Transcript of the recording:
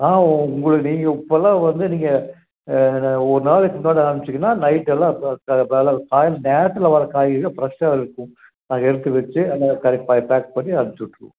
ஆ உங்களுக்கு நீங்கள் இப்போல்லாம் வந்து நீங்கள் ஒரு நாளைக்கு முன்னாடி ஆரம்பிச்சிங்கன்னா நைட்டெல்லாம் நேரத்தில் வர காய்கறிங்க ஃப்ரெஷ்ஷாக இருக்கும் அதை எடுத்து வச்சு என்ன கரெக்டாக பேக் பண்ணி அனுப்பிச்சுட்ருவோம்